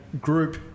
group